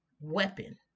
weapon